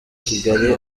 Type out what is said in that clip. kigali